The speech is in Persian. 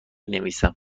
نویسم